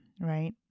right